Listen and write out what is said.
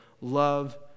love